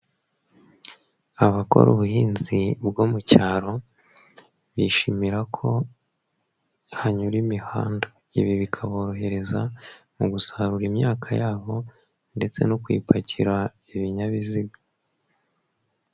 Abakora ubuhinzi bwo mu cyaro, bishimira ko hanyura imihanda. Ibi bikaborohereza mu gusarura imyaka yabo ndetse no kwiyipakira ibinyabiziga.